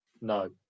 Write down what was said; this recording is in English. No